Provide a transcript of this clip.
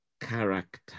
character